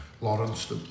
Lawrence